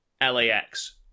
LAX